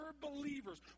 believers